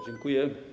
Dziękuję.